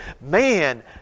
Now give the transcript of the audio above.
man